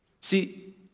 See